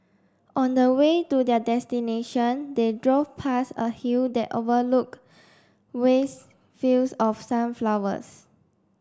on the way to their destination they drove past a hill that overlook with fields of sunflowers